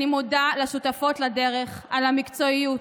אני מודה לשותפות לדרך על המקצועיות,